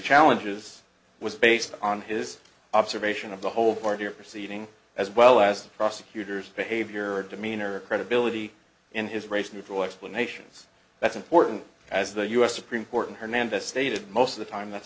challenges was based on his observation of the whole party or proceeding as well as the prosecutor's behavior or demeanor or credibility in his race neutral explanations that's important as the u s supreme court and hernandez stated most of the time that's